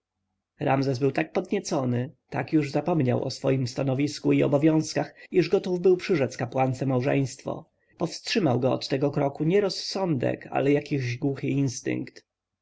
ręce ramzes był tak podniecony tak już zapomniał o swojem stanowisku i obowiązkach iż gotów był przyrzec kapłance małżeństwo powstrzymał go od tego kroku nie rozsądek ale jakiś głuchy instynkt